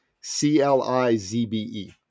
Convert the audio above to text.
C-L-I-Z-B-E